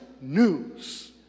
news